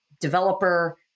developer